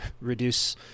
reduce